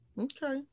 Okay